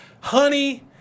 Honey